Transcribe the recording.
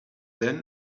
then